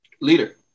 Leader